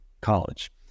college